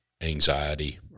anxiety